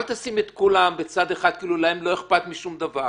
אל תשימי את כולם בצד אחד כאילו להם לא אכפת משום דבר.